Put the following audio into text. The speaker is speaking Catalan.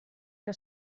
que